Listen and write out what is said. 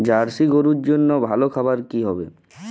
Jersey গরুর জন্য ভালো খাবার কি হবে?